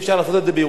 בתל-אביב?